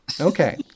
Okay